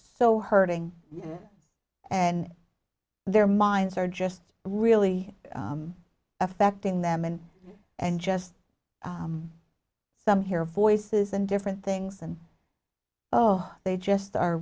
so hurting and their minds are just really affecting them and and just some hear voices and different things and oh they just are